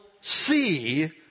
see